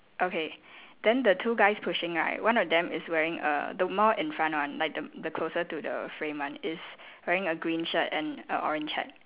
okay then the two guys pushing right one of them is wearing a the more in front one like the the closer to the frame one is wearing a green shirt and a orange hat